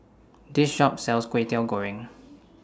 This Shop sells Kway Teow Goreng